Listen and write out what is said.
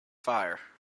fire